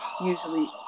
usually